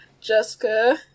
Jessica